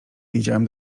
wiedziałem